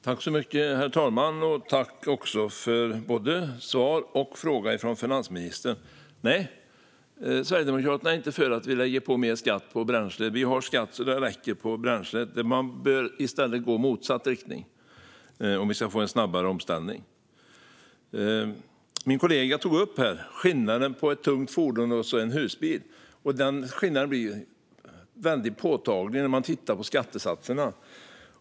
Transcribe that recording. Herr talman! Tack, finansministern, för både svar och fråga! Nej, Sverigedemokraterna är inte för att lägga på mer skatt på bränsle. Vi har skatt på bränsle så att det räcker. Om vi ska få en snabbare omställning bör vi i stället gå i motsatt riktning. Min kollega tog upp skillnaden mellan ett tungt fordon och en husbil. Den skillnaden blir påtaglig när vi tittar på skattesatserna.